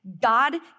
God